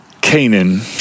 Canaan